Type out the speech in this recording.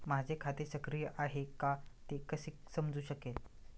माझे खाते सक्रिय आहे का ते कसे समजू शकेल?